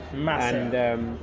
Massive